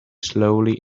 slowly